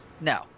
No